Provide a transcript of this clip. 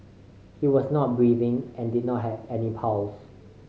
he was not breathing and did not have any pulse